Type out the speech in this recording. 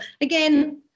again